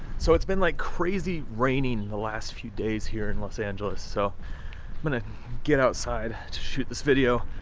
so it's been like crazy raining in the last few days here in los angeles, so i'm gonna get outside to shoot this video,